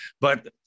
but-